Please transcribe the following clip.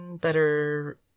better